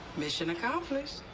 mission accomplished.